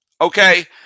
Okay